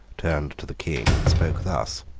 turned to the king, and spoke thus